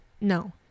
no